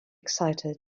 excited